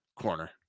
corner